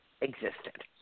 existed